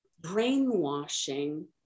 brainwashing